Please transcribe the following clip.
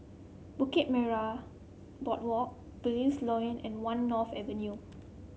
Bukit Boardwalk Belilios Lane and One North Avenue